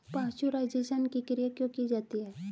Pasteurisation की क्रिया क्यों की जाती है?